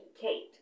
Kate